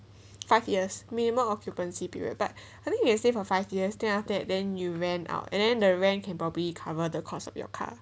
five years minimum occupancy period but I think you will stay for five years then after that then you rent out and then the rent can probably cover the cost of your car